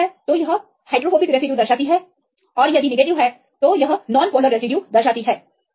positive hydrophobic के लिए देता है और negative non polar amino acid देता है